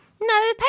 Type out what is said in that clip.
No